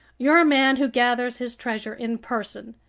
you're a man who gathers his treasure in person.